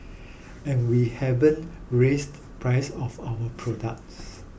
and we haven't raised the prices of our products